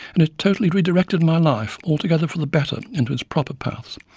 and it totally redirected my life, altogether for the better, into its proper paths.